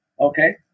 okay